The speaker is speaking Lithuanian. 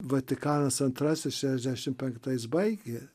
vatikanas antrasis šešiasdešimt penktais baigė